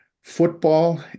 football